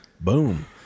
Boom